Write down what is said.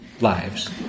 lives